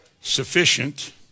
sufficient